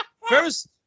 First